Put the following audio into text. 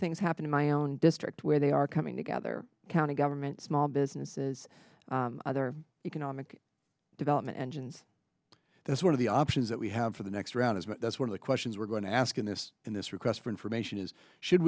things happen in my own district where they are coming together county government small businesses other economic development engines that's one of the options that we have for the next round of questions we're going to ask in this in this request for information is should